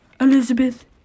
Elizabeth